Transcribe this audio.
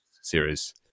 series